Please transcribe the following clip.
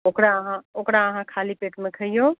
ओकरा अहाँ ओकरा अहाँ खाली पेटमे खाइऔ